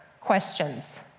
questions